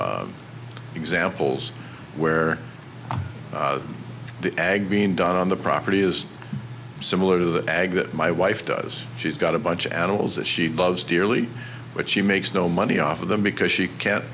of examples where the ag being done on the property is similar to the ag that my wife does she's got a bunch of animals that she loves dearly but she makes no money off of them because she can't